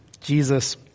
Jesus